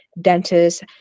Dentist